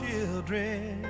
Children